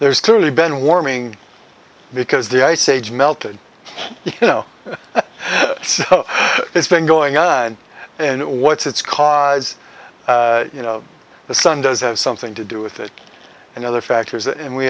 there's clearly been warming because the ice age melted you know so it's been going on and what's it's codd's you know the sun does have something to do with it and other factors and we